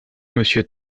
monsieur